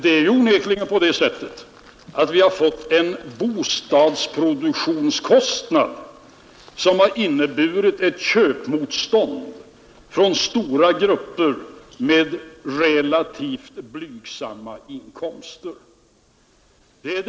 Vi har ju onekligen fått en bostadsproduktionskostnad som har medfört ett köpmotstånd från stora grupper med relativt blygsamma inkomster.